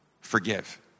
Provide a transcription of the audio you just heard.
forgive